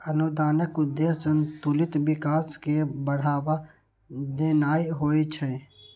अनुदानक उद्देश्य संतुलित विकास कें बढ़ावा देनाय होइ छै